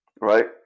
right